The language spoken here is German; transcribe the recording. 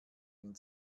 denn